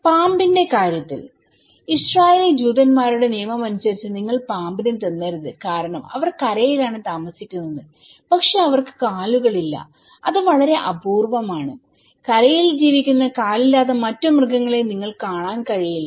പാമ്പിന്റെ കാര്യത്തിൽ ഇസ്രായേലി ജൂതന്മാരുടെ നിയമമനുസരിച്ച് നിങ്ങൾ പാമ്പിനെ തിന്നരുത് കാരണം അവർ കരയിലാണ് താമസിക്കുന്നത് പക്ഷേ അവർക്ക് കാലുകളില്ല അത് വളരെ അപൂർവമാണ് കരയിൽ ജീവിക്കുന്ന കാലില്ലാത്ത മറ്റ് മൃഗങ്ങളെ നിങ്ങൾ കാണാൻ കഴിയില്ല